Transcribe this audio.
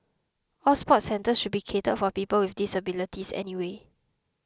all sports centres should be catered for people with disabilities anyway